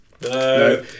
No